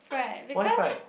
fried because